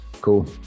cool